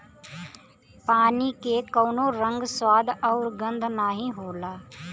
पानी के कउनो रंग, स्वाद आउर गंध नाहीं होला